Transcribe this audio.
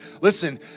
Listen